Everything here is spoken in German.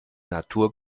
natur